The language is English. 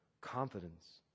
confidence